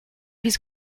his